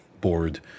board